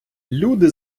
люди